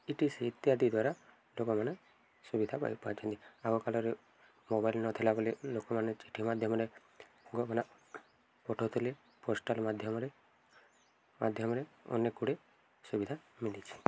etc ଇତ୍ୟାଦି ଦ୍ୱାରା ଲୋକମାନେ ସୁବିଧା ପାଇ ପାଇଛନ୍ତି ଆଗ କାଲରେ ମୋବାଇଲ୍ ନଥିଲା ବଲେ ଲୋକମାନେ ଚିଠି ମାଧ୍ୟମରେ ପଠଉଥିଲେ ପୋଷ୍ଟାଲ୍ ମାଧ୍ୟମରେ ମାଧ୍ୟମରେ ଅନେକଗୁଡ଼ିଏ ସୁବିଧା ମଲିଛି